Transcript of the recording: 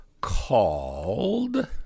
called